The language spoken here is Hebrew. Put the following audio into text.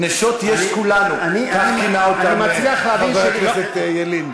"נשות יש כולנו", כך כינה אותן חבר הכנסת ילין.